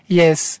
yes